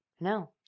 No